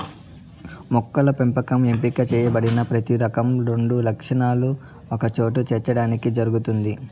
మొక్కల పెంపకం ఎంపిక చేయబడిన ప్రతి రకంలో రెండు లక్షణాలను ఒకచోట చేర్చడానికి జరుగుతుంది